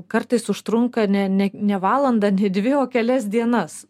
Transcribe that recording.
kartais užtrunka ne ne ne valandą ne dvi o kelias dienas